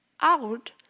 out